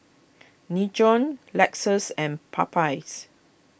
Nin Jiom Lexus and Popeyes